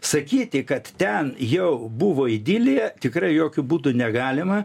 sakyti kad ten jau buvo idilija tikrai jokiu būdu negalima